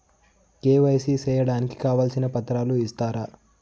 KYC సేయడానికి కావాల్సిన పత్రాలు ఇస్తారా?